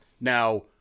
Now